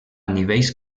nivells